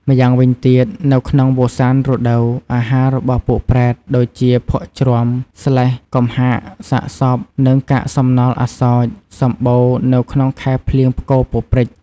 ម្យ៉ាងវិញទៀតនៅក្នុងវស្សានរដូវ អាហាររបស់ពួកប្រេត ដូចជាភក់ជ្រាំ ស្លេស្ម៍ កំហាក សាកសព និងកាកសំណល់អសោចិ៍ សម្បូរនៅក្នុងខែភ្លៀងផ្គរពព្រិច។